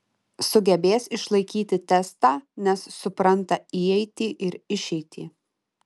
sugebės išlaikyti testą nes supranta įeitį ir išeitį